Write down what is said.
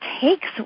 takes